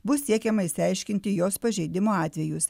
bus siekiama išsiaiškinti jos pažeidimo atvejus